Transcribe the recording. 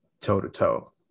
toe-to-toe